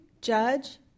judge